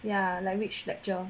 ya like which lecture